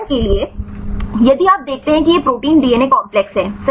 उदाहरण के लिए यदि आप देखते हैं कि यह प्रोटीन डीएनए काम्प्लेक्स है